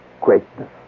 greatness